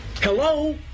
Hello